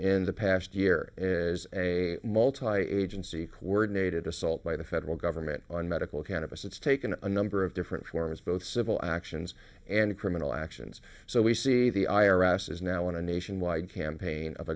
in the past year is a multiyear coordinated assault by the federal government on medical cannabis it's taken a number of different forms both civil actions and criminal actions so we see the i r s is now on a nationwide campaign of